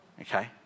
Okay